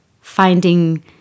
finding